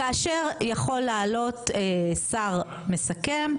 כאשר יכול לעלות שר מסכם,